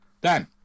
Dan